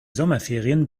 sommerferien